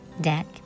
deck